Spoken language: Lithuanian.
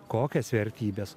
kokias vertybes